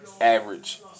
average